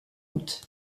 août